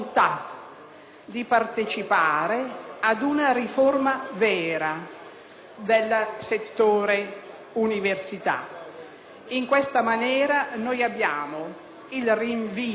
di partecipare ad una riforma vera del settore università. In questa maniera abbiamo previsto